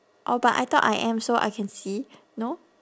oh but I thought I am so I can see no